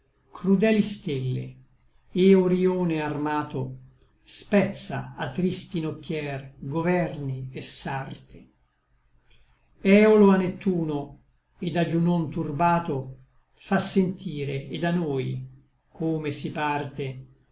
crudeli stelle et orïone armato spezza a tristi nocchier governi et sarte eolo a neptuno et a giunon turbato fa sentire et a noi come si parte